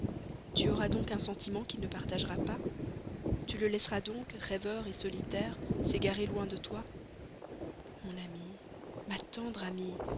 tu auras donc un sentiment qu'il ne partagera pas tu le laisseras donc rêveur solitaire s'égarer loin de toi mon amie ma tendre amie